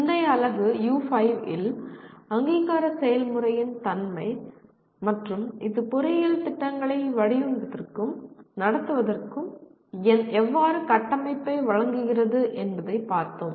முந்தைய அலகு U5 இல் அங்கீகார செயல்முறையின் தன்மை மற்றும் இது பொறியியல் திட்டங்களை வடிவமைப்பதற்கும் நடத்துவதற்கும் எவ்வாறு கட்டமைப்பை வழங்குகிறது என்பதைப் பார்த்தோம்